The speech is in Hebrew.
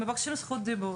מבקשים זכות דיבור.